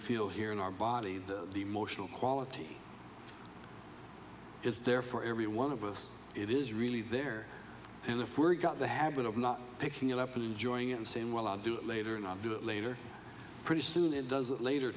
feel here in our body the emotional quality is there for every one of us it is really there and if we're got the habit of not picking it up and enjoying it and saying well i'll do it later and i'll do it later pretty soon it doesn't later